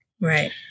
Right